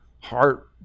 heart